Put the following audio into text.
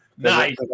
nice